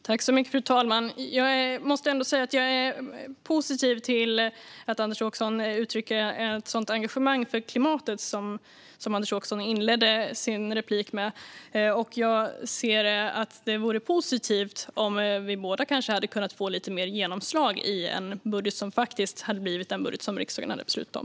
Fru talman! Jag är ändå positiv till att Anders Åkesson uttrycker ett sådant engagemang för klimatet som han inledde replikskiftet med. Det hade varit positivt om vi båda hade kunnat få lite mer genomslag i en budget som riksdagen faktiskt hade beslutat om.